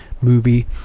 movie